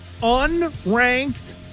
unranked